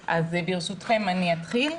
ברשותכם, אני אתחיל.